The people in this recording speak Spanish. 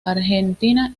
argentina